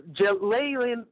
Jalen